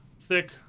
thick